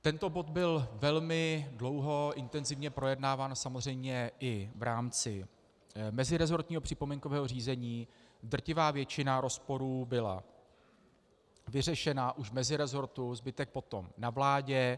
Tento bod byl velmi dlouho intenzivně projednáván samozřejmě i v rámci meziresortního připomínkového řízení, drtivá většina rozporů byla vyřešena už v mezirezortu, zbytek potom na vládě.